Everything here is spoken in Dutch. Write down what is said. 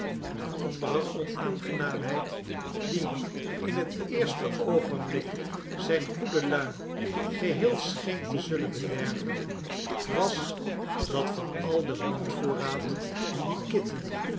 de andere onaangenaamheid die in het eerste oogenblik zijn goede luim geheel scheen te zullen bederven was dat van al den mondvoorraad dien kitty